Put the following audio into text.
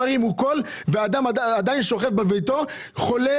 הרימו קול והאדם עדיין שוכב בביתו חולה,